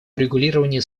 урегулировании